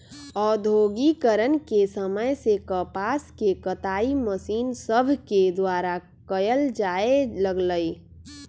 औद्योगिकरण के समय से कपास के कताई मशीन सभके द्वारा कयल जाय लगलई